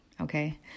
okay